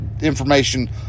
information